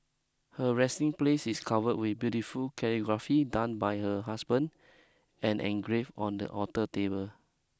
her resting place is covered with beautiful calligraphy done by her husband and engraved on the altar table